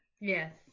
Yes